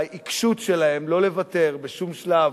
העיקשות שלהם שלא לוותר בשום שלב,